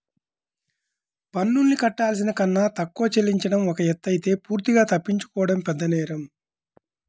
పన్నుల్ని కట్టాల్సిన కన్నా తక్కువ చెల్లించడం ఒక ఎత్తయితే పూర్తిగా తప్పించుకోవడం పెద్దనేరం